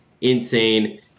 insane